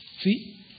See